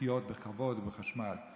לחיות בכבוד ועם חשמל,